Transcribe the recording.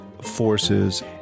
forces